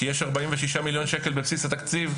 כי יש 46 מיליון שקל בבסיס התקציב,